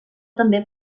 també